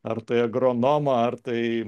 ar tai agronomą ar tai